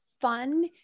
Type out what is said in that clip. fun